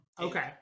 Okay